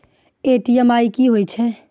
EMI कि होय छै?